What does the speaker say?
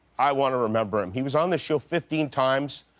i want to remember him. he was on the show fifteen times.